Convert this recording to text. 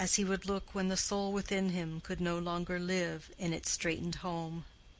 as he would look when the soul within him could no longer live in its straitened home.